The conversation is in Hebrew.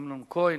וקנין